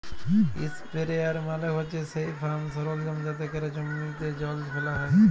ইসপেরেয়ার মালে হছে সেই ফার্ম সরলজাম যাতে ক্যরে জমিতে জল ফ্যালা হ্যয়